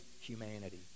humanity